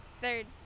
Third